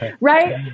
right